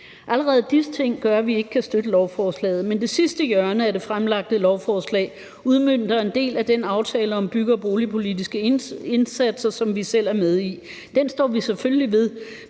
Allerede disse ting gør, at vi ikke kan støtte lovforslaget. Men det sidste hjørne af det fremsatte lovforslag udmønter en del af den aftale om bygge- og boligpolitiske indsatser, som vi selv er med i. Den står vi selvfølgelig ved,